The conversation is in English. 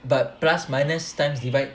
but plus minus times divide